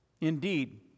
Indeed